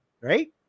right